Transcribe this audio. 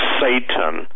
Satan